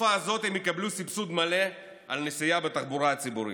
בתקופה הזאת הם יקבלו סבסוד מלא על נסיעה בתחבורה הציבורית.